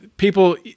People